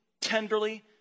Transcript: tenderly